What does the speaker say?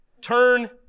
turn